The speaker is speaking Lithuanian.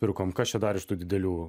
pirkom kas čia dar iš tų didelių